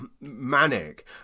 manic